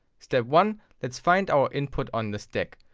step one let's find our input on the stack.